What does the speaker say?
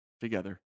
together